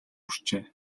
хүрчээ